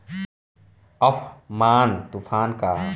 Amphan तुफान का ह?